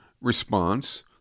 response